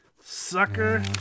Sucker